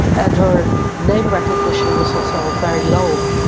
and her name recognition was also very low.